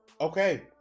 okay